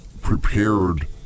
prepared